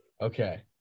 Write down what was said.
Okay